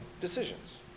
decisions